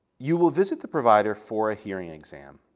you will visit the provider for a hearing exam.